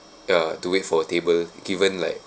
uh to wait for a table given like